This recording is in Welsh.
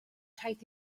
rhaid